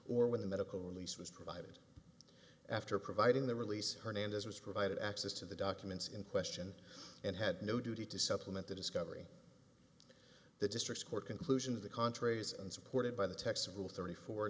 or when the medical release was provided after providing the release hernandez was provided access to the documents in question and had no duty to supplement the discovery the district court conclusion to the contrary is unsupported by the text of rule thirty four